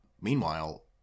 Meanwhile